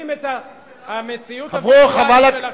המציאות הווירטואלית שלנו,